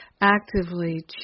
actively